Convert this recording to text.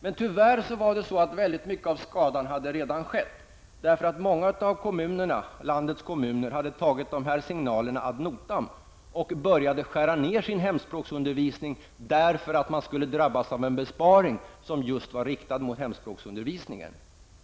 Men tyvärr hade redan en stor del av skadan skett. Många av landets kommuner hade tagit dessa signaler ad notam och börjat skära ner sin hemspråksundervisning, eftersom man skulle drabbas av en besparing som just riktades mot hemspråksundervisningen.